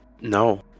No